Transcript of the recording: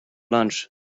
lunch